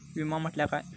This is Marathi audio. विमा म्हटल्या काय?